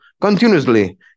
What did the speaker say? continuously